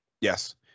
Yes